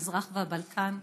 המזרח והבלקן.